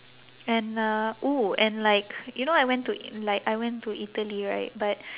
and uh oo and like you know I went to like I went to italy right but